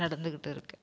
நடந்துக்கிட்டு இருக்கேன்